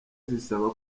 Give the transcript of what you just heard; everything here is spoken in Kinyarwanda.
zisaba